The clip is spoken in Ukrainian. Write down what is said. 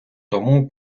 тому